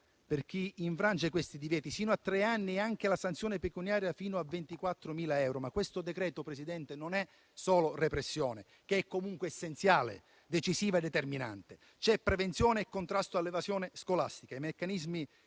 per chi infrange questi divieti - sino a tre anni - e anche la sanzione pecuniaria, fino a 24.000 euro. Questo decreto, Presidente, non è però solo repressione, che è comunque essenziale, decisiva e determinante. Ci sono prevenzione e contrasto all'evasione scolastica. I meccanismi